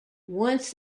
once